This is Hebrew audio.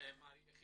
תודה.